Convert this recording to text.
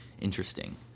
interesting